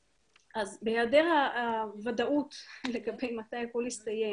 בהיעדר הוודאות לגבי מתי הכול יסתיים,